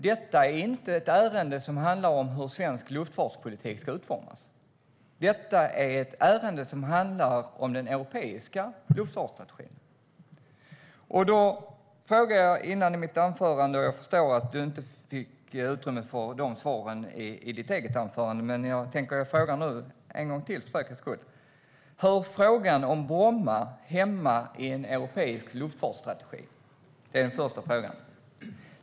Detta är inte ett ärende som handlar om hur svensk luftfartspolitik ska utformas, utan detta är ett ärende som handlar om den europeiska luftfartsstrategin. I mitt anförande tidigare ställde jag frågor. Jag förstår att du inte fick utrymme att besvara dem i ditt eget anförande, men nu frågar jag en gång till, för säkerhets skull: Hör frågan om Bromma hemma i en europeisk luftfartsstrategi? Det var första frågan.